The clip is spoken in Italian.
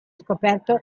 scoperto